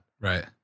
Right